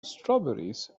strawberries